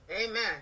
Amen